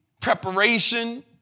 preparation